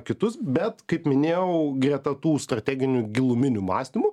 kitus bet kaip minėjau greta tų strateginių giluminių mastymų